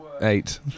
Eight